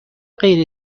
غیر